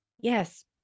yes